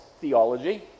theology